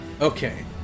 Okay